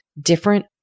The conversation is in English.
different